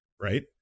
right